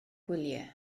gwyliau